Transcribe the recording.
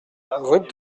route